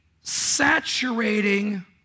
saturating